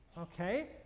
Okay